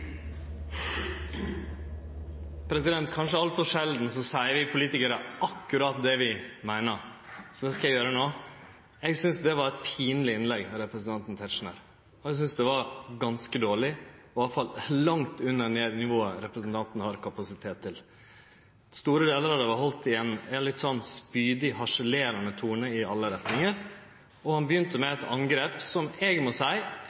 Kanskje altfor sjeldan seier vi politikarar akkurat det vi meiner. Det skal eg gjere no: Eg synest dette var eit pinleg innlegg av representanten Tetzschner. Eg synest det var ganske dårleg og iallfall langt under det nivået representanten har kapasitet til. Store delar av det var haldne i ein litt spydig, harselerande tone i alle retningar, og han begynte med eit angrep som eg må seie